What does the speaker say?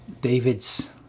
David's